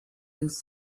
use